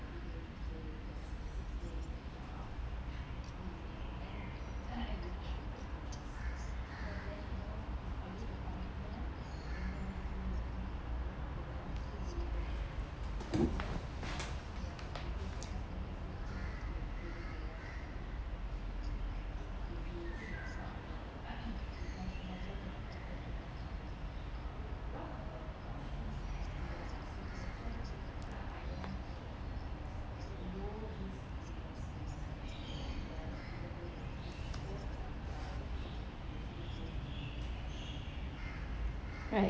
right